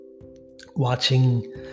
watching